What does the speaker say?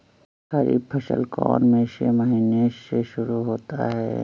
खरीफ फसल कौन में से महीने से शुरू होता है?